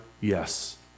Yes